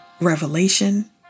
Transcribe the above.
revelation